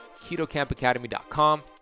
ketocampacademy.com